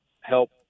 help